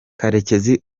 karekezi